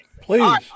Please